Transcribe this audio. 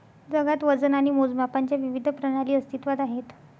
जगात वजन आणि मोजमापांच्या विविध प्रणाली अस्तित्त्वात आहेत